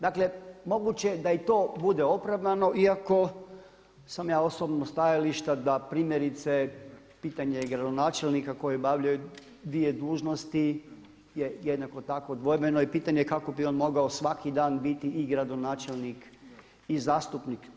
Dakle moguće je da i to bude opravdano iako sam ja osobno stajališta da primjerice pitanje i gradonačelnika koji obavljaju dvije dužnosti je jednako tako dvojbeno i pitanje kako bi on mogao svaki dan biti i gradonačelnik i zastupnik.